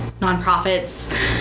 nonprofits